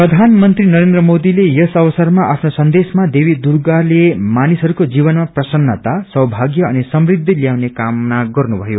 प्रधानमंी नरेन्द्र मोदीले यस अवसरमा आप्नो सन्देशमा देवी दुर्गलि मानिसहरूको जीवनमा प्रसन्नता सौभागय अनि समृद्धि ल्याउने कामना गर्नुषयो